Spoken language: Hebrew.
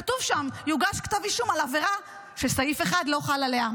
כתוב שם: יוגש כתב אישום על עבירה שסעיף 1 לא חל עליה.